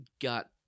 got